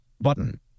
button